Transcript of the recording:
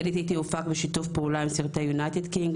ליידי טיטי הופק בשיתוף פעולה עם סרטי יונייטיד קינג,